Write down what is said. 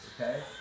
okay